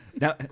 Now